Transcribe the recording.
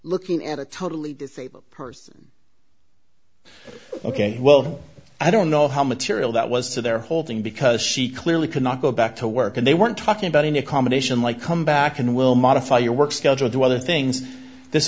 looking at a totally disabled person ok well i don't know how material that was to their holding because she clearly cannot go back to work and they weren't talking about any accommodation like come back and we'll modify your work schedule to other things this